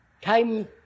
time